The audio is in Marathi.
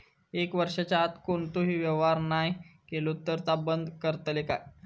एक वर्षाच्या आत कोणतोही व्यवहार नाय केलो तर ता बंद करतले काय?